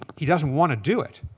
he doesn't want to do it.